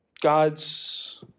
God's